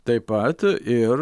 taip pat ir